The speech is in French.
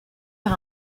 par